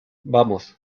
vamos